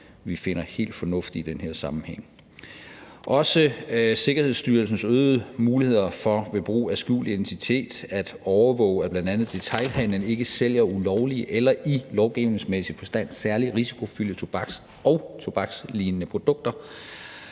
vi finder helt fornuftig i den her sammenhæng. Også Sikkerhedsstyrelsens øgede muligheder for ved brug af skjult identitet at overvåge, at bl.a. detailhandelen ikke sælger ulovlige eller i lovgivningsmæssig forstand særlig risikofyldte tobaks- og tobakslignende produkter,